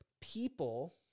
people